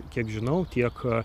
kiek žinau tiek